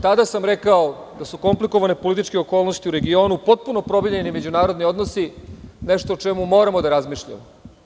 Tada sam rekao da su komplikovane političke okolnosti u regionu, potpuno promenljivi međunarodni odnosi, nešto o čemu moramo da razmišljamo.